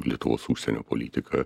lietuvos užsienio politiką